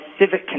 civic